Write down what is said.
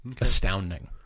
Astounding